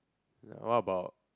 what about